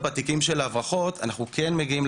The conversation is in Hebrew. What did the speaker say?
איפה אנחנו כמחוקקים יכולנו